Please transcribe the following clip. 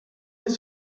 dès